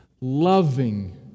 Loving